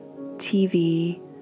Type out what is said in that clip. TV